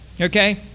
Okay